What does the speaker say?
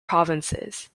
provinces